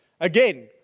Again